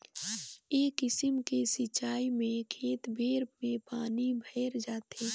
ए किसिम के सिचाई में खेत भेर में पानी भयर जाथे